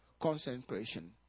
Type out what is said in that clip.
concentration